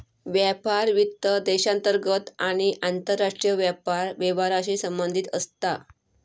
व्यापार वित्त देशांतर्गत आणि आंतरराष्ट्रीय व्यापार व्यवहारांशी संबंधित असता